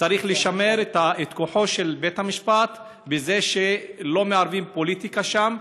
וצריך לשמר את כוחו של בית-המשפט בזה שלא מערבים פוליטיקה שם,